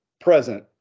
present